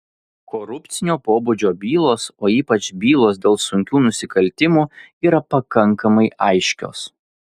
korupcinio pobūdžio bylos o ypač bylos dėl sunkių nusikaltimų yra pakankamai aiškios